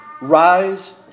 Rise